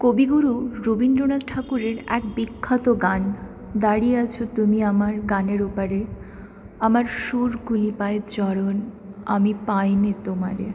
কবিগুরু রবীন্দ্রনাথ ঠাকুরের এক বিখ্যাত গান দাঁড়িয়ে আছো তুমি আমার গানের ওপারে আমার সুরগুলি পায় চরণ আমি পাই নে তোমারে